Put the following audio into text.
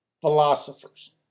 philosophers